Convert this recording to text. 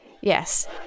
yes